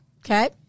Okay